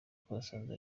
twasanze